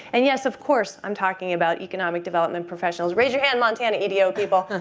and yes, of course i'm talking about economic development professionals. raise your hand montana edo people.